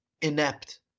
inept